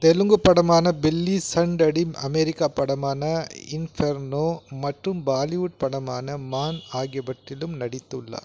தெலுங்குப் படமான பில்லி சண்டடிம் அமெரிக்காப் படமான இன்ஃபெர்னோ மற்றும் பாலிவுட் படமான மான் ஆகியவற்றிலும் நடித்துள்ளார்